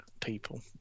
people